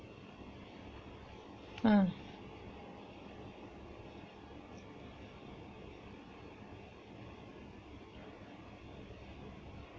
ah